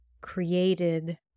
created